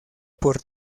por